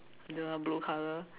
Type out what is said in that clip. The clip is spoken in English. don't know blue colour